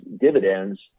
dividends